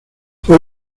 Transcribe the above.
fue